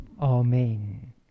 Amen